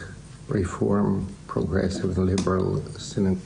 ועל הרצון שלכם לעזור לנו ולהגן עלינו.